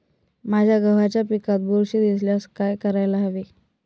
माझ्या गव्हाच्या पिकात बुरशी दिसल्यास काय करायला हवे?